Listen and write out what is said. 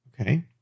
okay